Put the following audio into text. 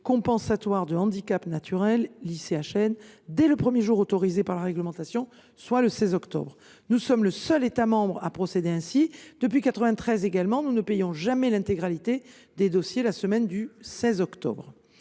compensatoire des handicaps naturels (ICHN), et cela dès le premier jour autorisé par la réglementation, soit le 16 octobre. Nous sommes le seul État membre à procéder ainsi. Depuis 1993 également, nous ne payons jamais l’intégralité des sommes à verser lors de la semaine du 16 octobre.